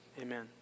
Amen